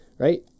Right